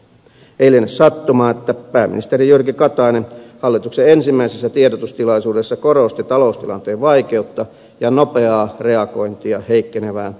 ei liene sattuma että pääministeri jyrki katainen hallituksen ensimmäisessä tiedotustilaisuudessa korosti taloustilanteen vaikeutta ja nopeaa reagointia heikkenevään valtiontalouden tilaan